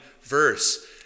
verse